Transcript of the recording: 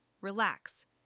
relax